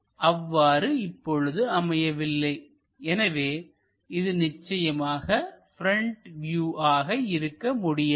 அவ்வாறு இப்பொழுது அமையவில்லை எனவே இது நிச்சயமாக ப்ரெண்ட் வியூவாக இருக்க முடியாது